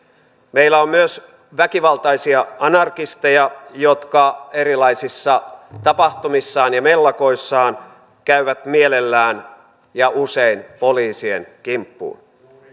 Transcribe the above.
meillä on myös väkivaltaisia anarkisteja jotka erilaisissa tapahtumissaan ja mellakoissaan käyvät mielellään ja usein poliisien kimppuun